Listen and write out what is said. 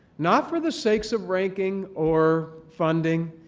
not for the sakes of ranking or funding,